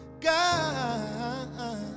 God